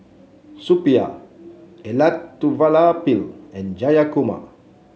Suppiah Elattuvalapil and Jayakumar